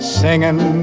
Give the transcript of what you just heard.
singing